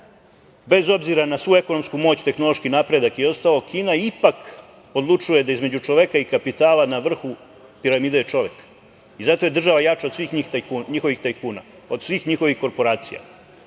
bez obzira na svu ekonomsku moć, tehnološki napredak i sve ostalo, Kina ipak odlučuje da između čoveka i kapitala na vrhu piramide je čovek. Zato je država jača od svih njihovih tajkuna, od svih njihovih korporacija. Zato